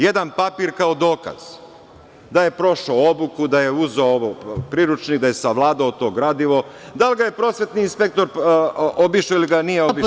Jedan papira kao dokaz da je prošao obuku, da je uzeo priručnik, da je savladao to gradivo, a da li ga je prosvetni inspektor obišao ili ga nije obišao…